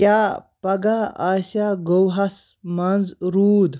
کیاہ پگہہ آسِیاہ گواہس منٛز رود